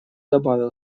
добавил